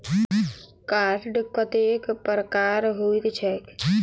Card कतेक प्रकारक होइत छैक?